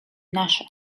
nasze